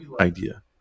idea